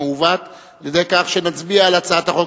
המעוות על-ידי כך שנצביע על הצעת החוק.